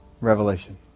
revelation